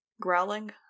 Growling